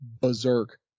berserk